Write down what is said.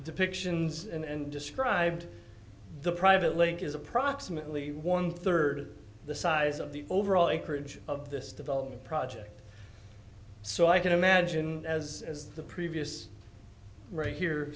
depictions and described the private link is approximately one third the size of the overall acreage of this development project so i can imagine as as the previous right here